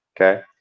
okay